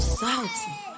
salty